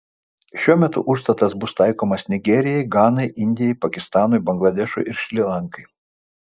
šiuo metu užstatas bus taikomas nigerijai ganai indijai pakistanui bangladešui ir šri lankai